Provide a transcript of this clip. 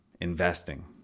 investing